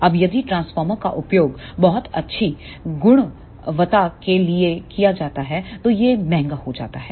अब यदि ट्रांसफार्मर का उपयोग बहुत अच्छी गुणवत्ता के लिए किया जाता है तो यह महंगा हो जाता है